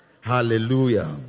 hallelujah